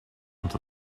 into